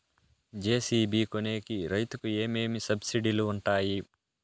JCB కొనేకి రైతుకు ఏమేమి సబ్సిడి లు వుంటాయి?